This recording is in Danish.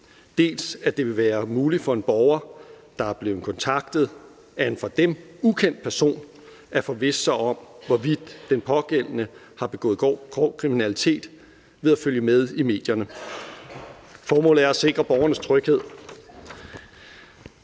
dels at det vil være muligt for en borger, der er blevet kontaktet af en for borgeren ukendt person, at forvisse sig om, hvorvidt den pågældende har begået grov kriminalitet, ved at følge med i medierne. Formålet er at sikre borgernes tryghed.